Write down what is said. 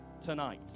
tonight